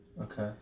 Okay